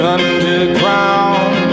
Underground